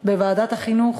בוועדת החינוך,